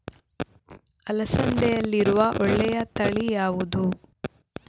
ಅಲಸಂದೆಯಲ್ಲಿರುವ ಒಳ್ಳೆಯ ತಳಿ ಯಾವ್ದು?